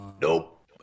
Nope